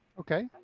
okay.